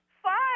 fine